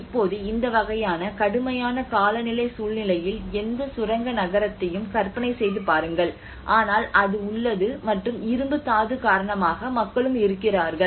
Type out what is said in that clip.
இப்போது இந்த வகையான கடுமையான காலநிலை சூழ்நிலையில் எந்த சுரங்க நகரத்தையும் கற்பனை செய்து பாருங்கள் ஆனால் அது உள்ளது மற்றும் இரும்பு தாது காரணமாக மக்களும் இருக்கிறார்கள்